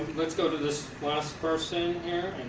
let's go to this last person